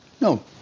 No